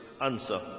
answer